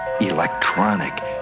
electronic